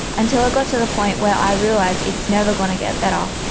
until it got to the point where i realised it's never going to get better,